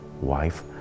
wife